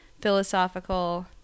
philosophical